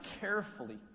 carefully